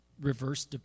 reverse